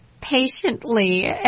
patiently